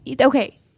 Okay